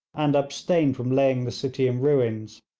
and abstained from laying the city in ruins,